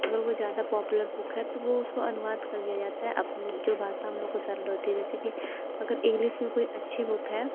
अगर वो ज़्यादा पॉपुलर बुक है तो वो उसको अनुवाद कर दिया जाता है अपने जो भाषा हम लोग को सरल होती जैसे कि अगर इंग्लिश में कोई अच्छी बुक है